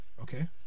Okay